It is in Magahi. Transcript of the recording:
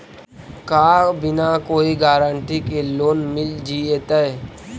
का बिना कोई गारंटी के लोन मिल जीईतै?